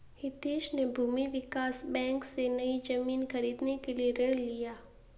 हितेश ने भूमि विकास बैंक से, नई जमीन खरीदने के लिए ऋण लिया